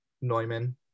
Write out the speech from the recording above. Neumann